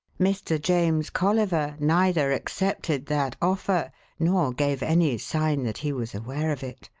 mr. james colliver neither accepted that offer nor gave any sign that he was aware of it.